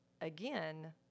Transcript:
again